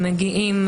הם מגיעים